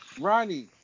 Ronnie